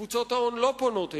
שקבוצות ההון לא פונות אליהן.